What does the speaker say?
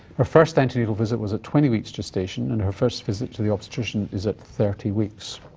her first antenatal visit was at twenty weeks' gestation, and her first visit to the obstetrician is at thirty weeks.